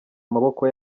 amaboko